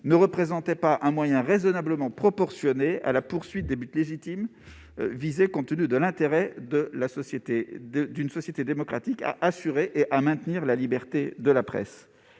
ne représentait pas un moyen raisonnablement proportionné aux buts légitimes visés, compte tenu de l'intérêt d'une société démocratique à assurer et à maintenir la liberté de la presse.